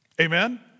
amen